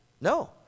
No